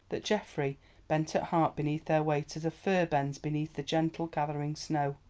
that geoffrey bent at heart beneath their weight as a fir bends beneath the gentle, gathering snow.